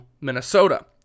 Minnesota